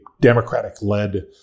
Democratic-led